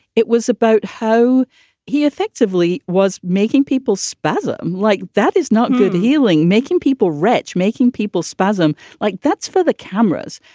it was about how he effectively was making people spaza like that is not good healing, making people rich, making people spasm like that's for the cameras.